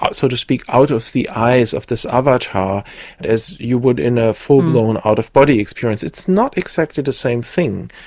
so to speak, out of the eyes of this avatar as you would in a full blown out-of-body experience, it's not exactly the same thing.